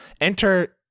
Enter